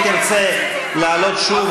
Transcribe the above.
אם תרצה לעלות שוב,